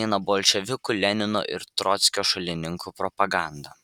eina bolševikų lenino ir trockio šalininkų propaganda